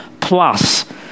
plus